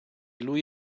lui